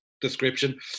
description